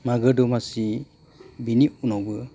मागो दमासि बिनि उनावबो